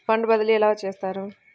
Fund బదిలీ ఎలా చేస్తారు?